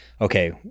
Okay